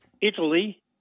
Italy